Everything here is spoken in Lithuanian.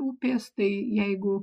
upės tai jeigu